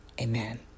amen